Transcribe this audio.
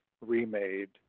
remade